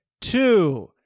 Two